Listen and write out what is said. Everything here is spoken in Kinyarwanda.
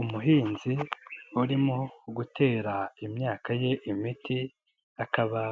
Umuhinzi urimo gutera imyaka ye imiti akaba